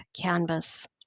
Canvas